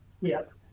Yes